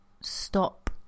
stop